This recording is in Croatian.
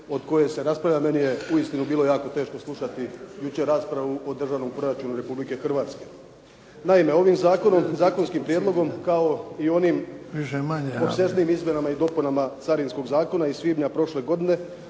od koje se raspravlja, meni je uistinu bilo jako teško slušati jučer raspravu o državnom proračunu Republike. Naime, ovim zakonom, zakonskim prijedlogom kao i onim opsežnijim Izmjenama i dopunama Carinskog zakona iz svibnja prošle godine,